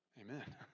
Amen